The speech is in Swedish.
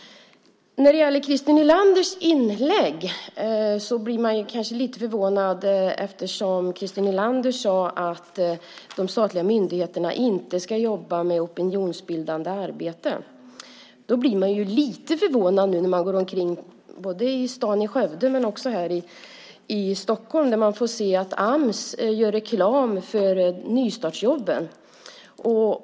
När det gäller Christer Nylanders inlägg blir jag kanske lite förvånad. Christer Nylander sade att de statliga myndigheterna inte ska jobba med opinionsbildande arbete. När jag går omkring i stan i Skövde men också här i Stockholm blir jag lite förvånad över att se att Ams gör reklam för nystartsjobben.